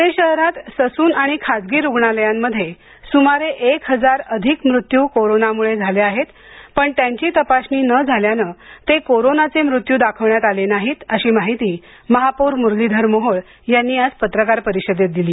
पुणे शहरात ससून आणि खासगी रुग्णालयांमध्ये सुमारे एक हजार अधिकचे मृत्यू कोरोनामुळे झाले आहेत पण त्यांची तपासणी न झाल्याने ते कोरोनाचे मृत्यू दाखवण्यात आले नाहीत अशी माहिती महापौर मुरलीधर मोहोळ यांनी आज पत्रकार परिषदेत दिली